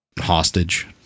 hostage